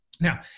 Now